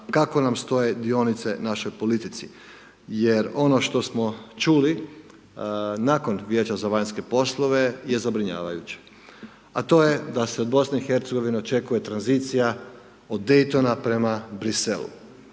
kako nam stoje dionice u našoj politici. Jer ono što smo čuli, nakon Vijeća za vanjske polove je zabrinjavajuće, a to je da se od BIH očekuje tranzicija od Daytona prema Bruxellesu.